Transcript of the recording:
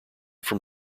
from